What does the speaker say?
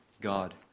God